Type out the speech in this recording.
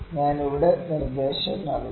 ഞാൻ ഇവിടെ നിർദ്ദേശം നൽകും